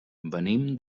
venim